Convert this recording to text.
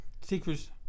secrets